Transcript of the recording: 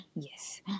Yes